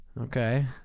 Okay